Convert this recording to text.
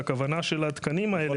והכוונה של התקנים האלה --- יכול